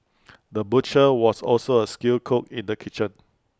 the butcher was also A skilled cook in the kitchen